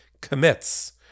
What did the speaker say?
commits